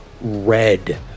red